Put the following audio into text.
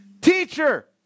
Teacher